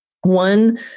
one